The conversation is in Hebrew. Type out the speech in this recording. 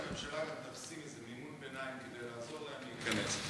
שהממשלה תשים גם מימון ביניים כדי לעזור להן להיכנס,